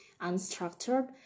unstructured